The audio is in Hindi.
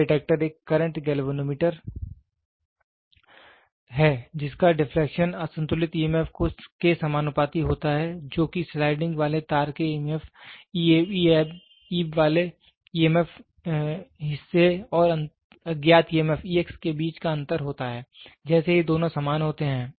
नल डिटेक्टर एक करंट गैल्वेनोमीटर है जिसका डिफ्लेक्शन असंतुलित ईएमएफ के समानुपाती होता है जो कि स्लाइडिंग वाले तार के ईएमएफ ईब वाले हिस्से और अज्ञात ईएमएफ के बीच का अंतर होता है जैसे ही दोनों समान होते हैं